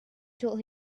told